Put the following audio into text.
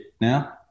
now